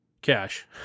cash